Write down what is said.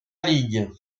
league